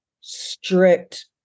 strict